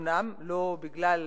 אומנם, לא בגלל